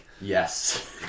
Yes